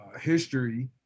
history